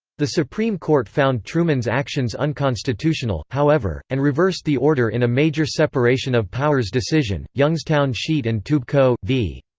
the supreme court found truman's actions unconstitutional, however, and reversed the order in a major separation-of-powers decision, youngstown sheet and tube co. v.